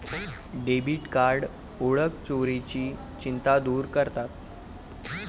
debit card ओळख चोरीची चिंता दूर करतात